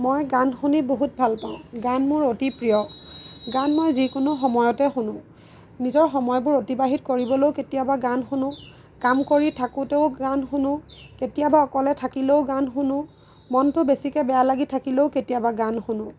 মই গান শুনি বহুত ভাল পাওঁ গান মোৰ অতি প্ৰিয় গান মই যিকোনো সময়তে শুনো নিজৰ সময়বোৰ অতিবাহিত কৰিবলৈও কেতিয়াবা গান শুনো কাম কৰি থাকোঁতেও গান শুনো কেতিয়াবা অকলে থাকিলেও গান শুনো মনটো বেছিকৈ বেয়া লাগি থাকিলেও কেতিয়াবা গান শুনো